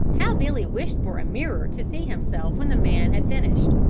how billy wished for a mirror to see himself when the man had finished!